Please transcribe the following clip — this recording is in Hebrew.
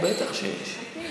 בטח שיש.